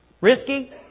Risky